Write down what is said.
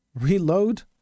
reload